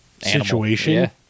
situation